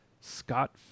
Scott